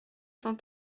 cent